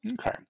Okay